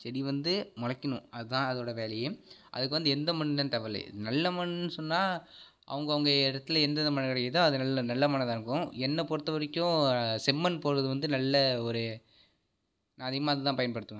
செடி வந்து முளைக்கணும் அதான் அதோட வேலை அதுக்கு வந்து எந்த மண்ணுன்லாம் தேவையில்ல நல்ல மண்ணுன்னு சொன்னால் அவங்கவங்க இடத்துல எந்தெந்த மண்ணு கிடைக்குதோ அது நல்ல நல்ல மண்ணாக தான் இருக்கும் என்னை பொறுத்த வரைக்கும் செம்மண் போடுறது வந்து நல்ல ஒரு நான் அதிகமாக அது தான் பயன்படுத்துவேன்